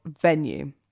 venue